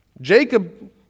Jacob